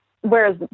whereas